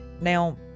now